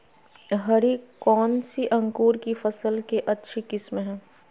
हरी कौन सी अंकुर की फसल के अच्छी किस्म है?